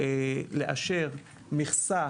לאשר מכסה